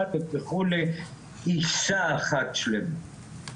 וכו' עיסה אחת שלמה.